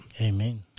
Amen